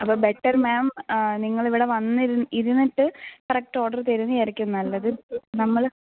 അപ്പം better ma'am നിങ്ങൾ ഇവിടെ വന്നിര് ഇരുന്നിട്ട് കറക്റ്റ് ഓർഡർ തരുന്നതായിരിക്കും നല്ലത് നമ്മൾ